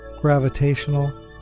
gravitational